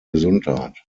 gesundheit